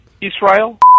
Israel